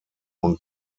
und